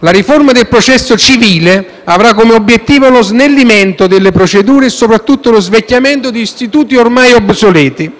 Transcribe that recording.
La riforma del processo civile avrà come obiettivo lo snellimento delle procedure e soprattutto lo svecchiamento di istituti ormai obsoleti,